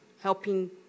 helping